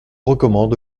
recommande